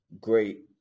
great